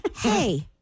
hey